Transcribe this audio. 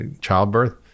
childbirth